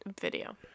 video